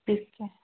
ਠੀਕ ਹੈ